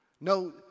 no